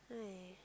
I